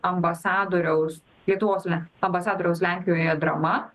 ambasadoriaus lietuvos len ambasadoriaus lenkijoje drama